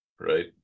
right